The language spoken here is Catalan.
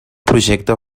projecte